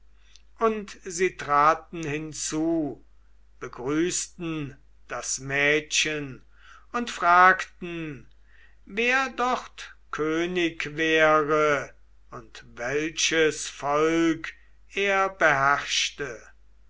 und sie traten hinzu begrüßten das mädchen und fragten wer dort könig wäre und welches volk er beherrschte